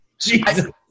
Jesus